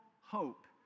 hope